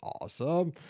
awesome